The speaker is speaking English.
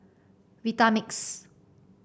Vitamix